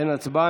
אין הצבעה.